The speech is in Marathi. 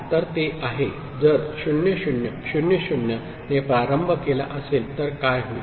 तर ते आहे जर 0 0 0 0 ने प्रारंभ केला असेल तर काय होईल